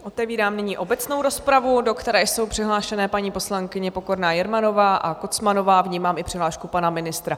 Otevírám nyní obecnou rozpravu, do které jsou přihlášené paní poslankyně Pokorná Jermanová a Kocmanová, vnímám i přihlášku pana ministra.